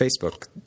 facebook